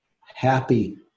happy